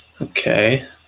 Okay